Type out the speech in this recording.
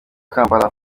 kampala